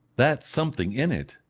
that something in it!